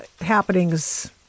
happenings